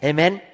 Amen